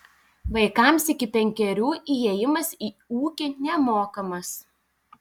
vaikams iki penkerių įėjimas į ūkį nemokamas